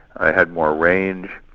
ah had more range,